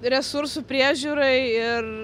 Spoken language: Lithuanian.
resursų priežiūrai ir